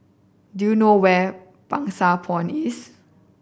do you know where Pang Sua Pond is